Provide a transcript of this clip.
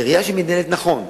עירייה שמתנהלת נכון,